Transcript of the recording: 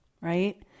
right